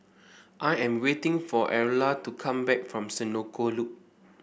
I am waiting for Erla to come back from Senoko Loop